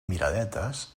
miradetes